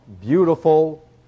beautiful